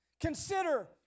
Consider